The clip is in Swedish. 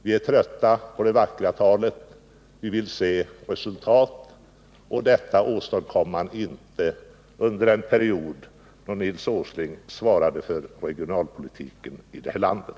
Vi är trötta på det vackra talet. Vi vill se resultat. Och det åstadkom man inte under den period då Nils Åsling svarade för regionalpolitiken i det här landet.